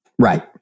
Right